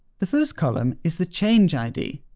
the first column is the change id,